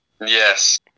Yes